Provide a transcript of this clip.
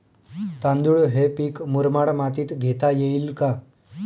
तांदूळ हे पीक मुरमाड मातीत घेता येईल का?